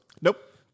Nope